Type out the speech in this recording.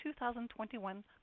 2021